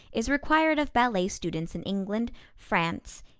is required of ballet students in england, france,